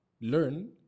learn